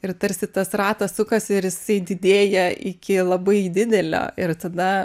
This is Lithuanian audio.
ir tarsi tas ratas sukasi ir jisai didėja iki labai didelio ir tada